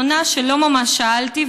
היא עונה שלא ממש שאלתי,